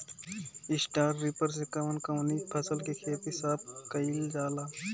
Straw reaper से कवन कवनी फसल के खेत साफ कयील जाला?